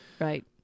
right